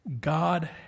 God